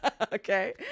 Okay